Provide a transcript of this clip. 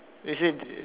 you see